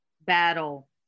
battle